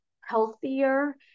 healthier